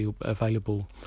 available